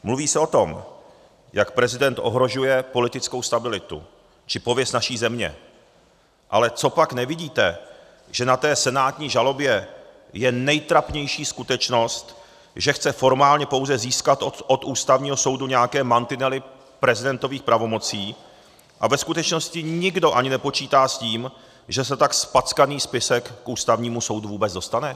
Mluví se o tom, jak prezident ohrožuje politickou stabilitu či pověst naší země, ale copak nevidíte, že na senátní žalobě je nejtrapnější skutečnost, že chce formálně pouze získat od Ústavního soudu nějaké mantinely prezidentových pravomocí, a ve skutečnosti nikdo ani nepočítá s tím, že se tak zpackaný spisek k Ústavnímu soudu vůbec dostane?